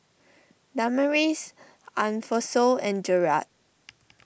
Damaris Alphonso and Jerald